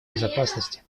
безопасности